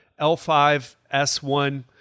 L5-S1